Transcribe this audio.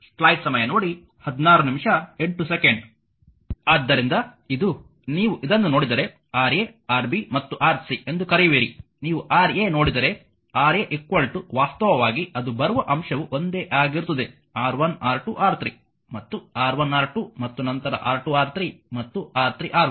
ಆದ್ದರಿಂದ ಇದು ನೀವು ಇದನ್ನು ನೋಡಿದರೆ Ra Rb ಮತ್ತು Rc ಎಂದು ಕರೆಯುವಿರಿ ನೀವು Ra ನೋಡಿದರೆ Ra ವಾಸ್ತವವಾಗಿ ಅದು ಬರುವ ಅಂಶವು ಒಂದೇ ಆಗಿರುತ್ತದೆ R1R2 R3 ಮತ್ತು R1R2 ಮತ್ತು ನಂತರ R2R3 ಮತ್ತು R3R1 R1 ಎಂದು ಬರುತ್ತದೆ